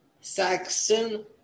Saxon